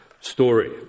story